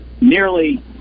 nearly